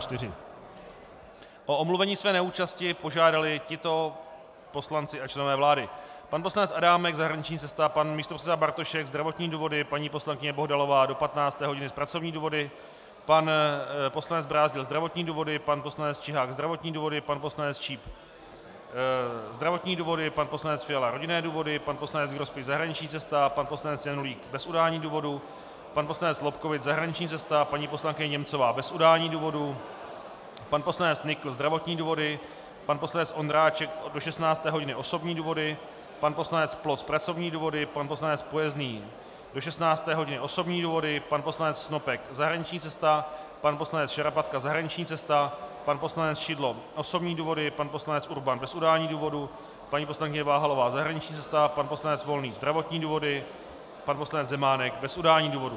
O omluvení své neúčasti požádali tito poslanci a členové vlády: pan poslanec Adámek zahraniční cesta, pan místopředseda Bartošek zdravotní důvody, paní poslankyně Bohdalová do 15. hodiny z pracovních důvodů, pan poslanec Brázdil zdravotní důvody, pan poslanec Čihák zdravotní důvody, pan poslanec Číp zdravotní důvody, pan poslanec Fiala rodinné důvody, pan poslanec Grospič zahraniční cesta, pan poslanec Janulík bez udání důvodu, pan poslanec Lobkowicz zahraniční cesta, paní poslankyně Němcová bez udání důvodu, pan poslanec Nykl zdravotní důvody, pan poslanec Ondráček do 16. hodiny osobní důvody, pan poslanec Ploc pracovní důvody, pan poslanec Pojezný do 16. hodiny osobní důvody, pan poslanec Snopek zahraniční cesta, pan poslanec Šarapatka zahraniční cesta, pan poslanec Šidlo osobní důvody, pan poslanec Urban bez udání důvodu, paní poslankyně Váhalová zahraniční cesta, pan poslanec Volný zdravotní důvody, pan poslanec Zemánek bez udání důvodu.